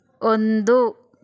ಒಂದು